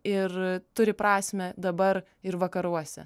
ir turi prasmę dabar ir vakaruose